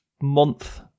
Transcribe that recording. month